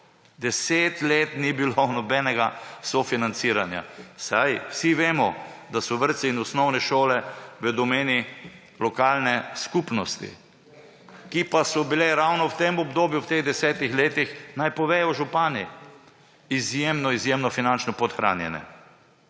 10 let ni bilo nobenega sofinanciranja. Saj vsi vemo, da so vrtci in osnovne šole v domeni lokalne skupnosti, ki pa so bile ravno v tem obdobju, v teh 10 letih, naj povedo župani, izjemno izjemno finančno podhranjene.